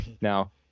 Now